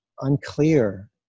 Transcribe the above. unclear